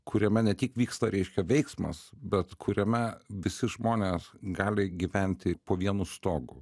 kuriame ne tik vyksta reiškia veiksmas bet kuriame visi žmonės gali gyventi po vienu stogu